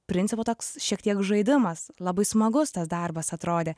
principo toks šiek tiek žaidimas labai smagus tas darbas atrodė